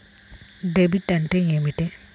Debit అంటే ఏమిటి?